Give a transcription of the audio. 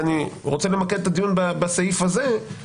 ואני רוצה למקד את הדיון בסעיף הזה.